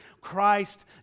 Christ